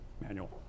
manual